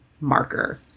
marker